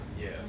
Yes